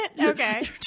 Okay